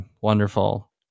wonderful